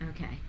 okay